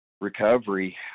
recovery